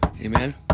Amen